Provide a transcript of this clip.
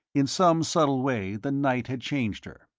in some subtle way the night had changed her.